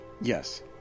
Yes